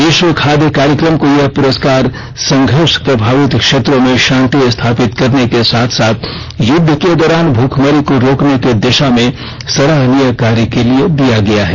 विश्व खाद्य कार्यक्रम को यह पुरस्कार संघर्ष प्रभावित क्षेत्रों में शांति स्थापित करने के साथ साथ युद्ध के दौरान भूखमरी को रोकने की दिशा में सराहनीय कार्य के लिए दिया गया है